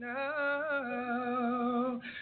now